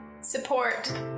support